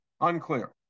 unclear